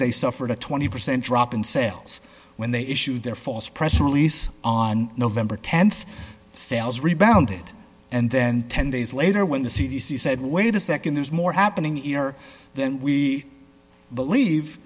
they suffered a twenty percent drop in sales when they issued their false press release on november th sales rebounded and then ten days later when the c d c said wait a nd there's more happening in or then we believe